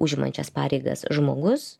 užimančias pareigas žmogus